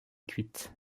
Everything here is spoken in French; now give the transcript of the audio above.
cuite